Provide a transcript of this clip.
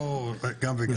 או גם וגם?